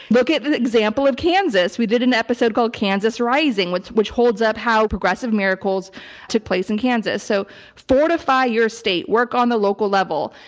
look at the example of kansas. we did an episode called kansas rising, which which holds up how progressive miracles took place in kansas. so fortify your state, work on the local level.